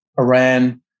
iran